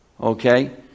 Okay